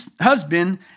husband